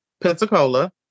Pensacola